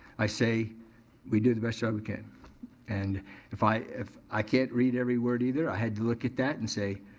i say we did the best job we can and if i if i can't read every word either. i had to look at that and say,